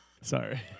Sorry